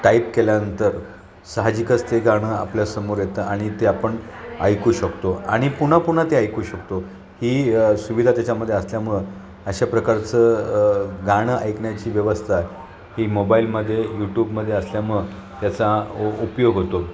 type केल्यानंतर साहजिकच ते गाणं आपल्यासमोर येतं आणि ते आपण ऐकू शकतो आणि पुन्हापुन्हा ते ऐकू शकतो ही सुविधा त्याच्यामध्ये असल्यामुळं अशा प्रकारचं गाणं ऐकण्याची व्यवस्था ही मोबाईलमध्ये यूट्यूबमध्ये असल्यामुळं त्याचा उ उपयोग होतो